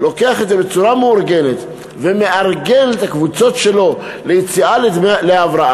לוקח את זה בצורה מאורגנת ומארגן את הקבוצות שלו ליציאה להבראה,